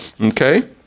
Okay